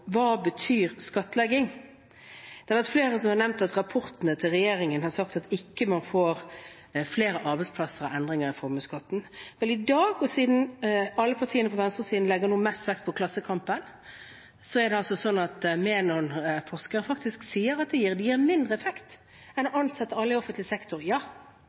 hva skattlegging betyr. Flere har nevnt at det står i rapportene til regjeringen at man ikke får flere arbeidsplasser ved endringer i formuesskatten. Men i dag – og siden alle partiene på venstresiden nå legger mest vekt på Klassekampen – sier faktisk Menon-forskere at det gir mindre effekt enn det å ansette alle i offentlig sektor gjør. Ja, det vet vi. Det vil alltid være en bedre sysselsettingseffekt av å ansette alle i offentlig sektor,